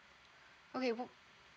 okay book